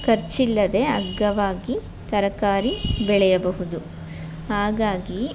ಖರ್ಚಿಲ್ಲದೆ ಅಗ್ಗವಾಗಿ ತರಕಾರಿ ಬೆಳೆಯಬಹುದು ಹಾಗಾಗಿ